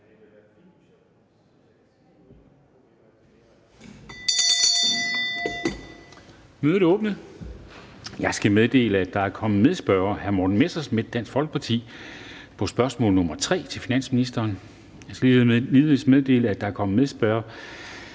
Mødet er genoptaget. Jeg skal meddele, at der er kommet medspørger, Morten Messerschmidt (DF), på spørgsmål nr. 3 (S 1320) til finansministeren. Jeg skal ligeledes meddele, at der er kommet medspørger,